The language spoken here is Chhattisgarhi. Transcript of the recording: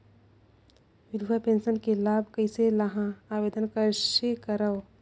विधवा पेंशन के लाभ कइसे लहां? आवेदन कइसे करव?